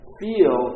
feel